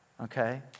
okay